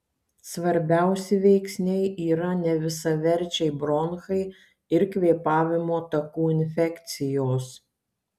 svarbiausi veiksniai yra nevisaverčiai bronchai ir kvėpavimo takų infekcijos